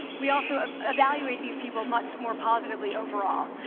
we also ah evaluate these people much more positively overall.